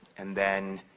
and then,